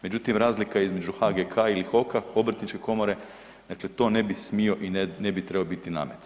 Međutim razlika između HGK-a i HOK-a obrtničke komore dakle to ne bi smio i ne bi trebao biti namet.